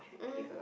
um